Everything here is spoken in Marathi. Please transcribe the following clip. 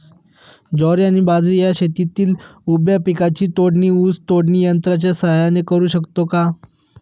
ज्वारी आणि बाजरी या शेतातील उभ्या पिकांची तोडणी ऊस तोडणी यंत्राच्या सहाय्याने करु शकतो का?